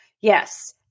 Yes